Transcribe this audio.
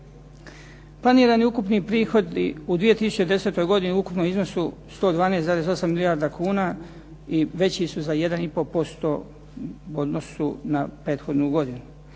Planirani ukupni prihodi u 2010. godini u ukupnom iznosu od 112,8 milijardi kuna veći su za 1,5% u odnosu na prethodnu godinu